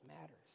matters